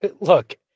Look